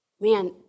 Man